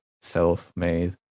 self-made